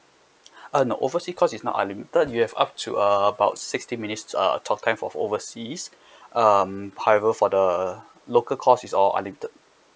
uh no overseas cost is not unlimited you have up to uh about sixteen minutes uh talk time of overseas um however for the local cost is all unlimited